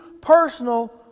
personal